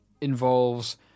involves